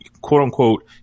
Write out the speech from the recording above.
quote-unquote